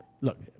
look